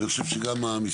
אני אתקדם עם השנים.